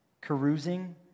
carousing